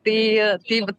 tai tai vat